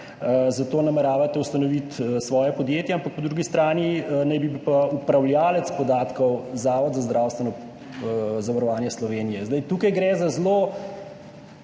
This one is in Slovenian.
zato nameravate ustanoviti svoje podjetje. Ampak, po drugi strani naj bi bil pa upravljavec podatkov Zavod za zdravstveno zavarovanje Slovenije. Tu gre za zelo